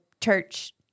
church